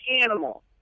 animal